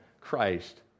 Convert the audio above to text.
Christ